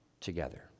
together